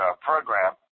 program